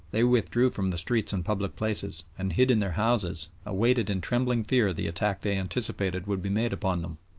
they withdrew from the streets and public places and hid in their houses, awaited in trembling fear the attack they anticipated would be made upon them.